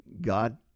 God